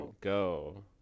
go